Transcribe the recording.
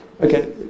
Okay